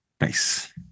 Nice